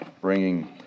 bringing